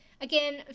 Again